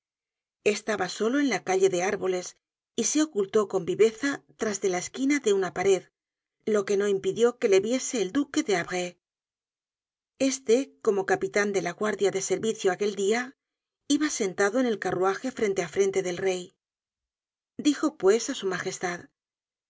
estaba solo en la calle de árboles y se ocultó con viveza tras de la esquina de una pared lo que no impidió que le viese el duque de havré este como capitan de la guardia de servicio aquel dia iba sentado en el carruaje frente á frente del rey dijo pues á su magestad